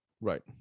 Right